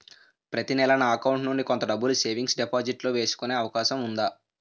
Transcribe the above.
ప్రతి నెల నా అకౌంట్ నుండి కొంత డబ్బులు సేవింగ్స్ డెపోసిట్ లో వేసుకునే అవకాశం ఉందా?